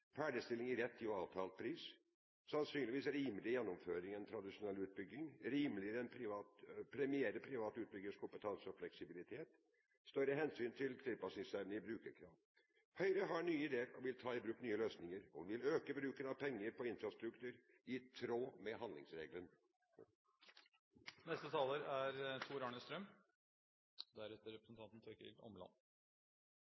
ferdigstilling til rett tid og avtalt pris, sannsynligvis rimeligere gjennomføring enn ved tradisjonell utbygging, premierer privat utbyggers kompetanse og fleksibilitet, og tar større hensyn til tilpasningsevne til brukerkrav. Høyre har nye ideer, vil ta i bruk nye løsninger og vil øke bruken av penger på infrastruktur i tråd med